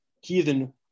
heathen